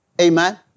Amen